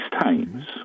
times